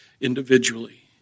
individually